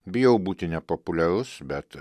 bijau būti nepopuliarus bet